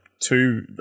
two